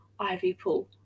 Ivypool